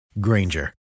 Granger